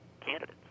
candidates